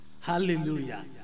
Hallelujah